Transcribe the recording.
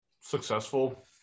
successful